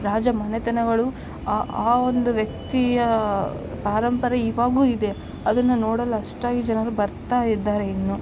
ರಾಜ ಮನೆತನಗಳು ಆ ಆ ಒಂದು ವ್ಯಕ್ತಿಯ ಪರಂಪರೆ ಇವಾಗು ಇದೆ ಅದನ್ನ ನೋಡಲು ಅಷ್ಟಾಗಿ ಜನರು ಬರ್ತಾ ಇದ್ದಾರೆ ಇನ್ನು